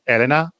Elena